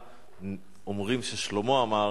שאומרים שעליה אמר שלמה: